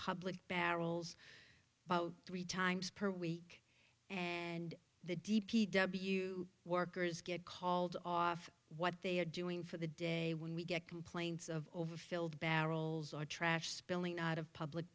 public barrels three times per week and the d p w workers get called off what they are doing for the day when we get complaints of over filled barrels or trash spilling out of public